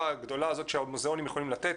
הגדולה הזאת שהמוזיאונים יכולים לתת,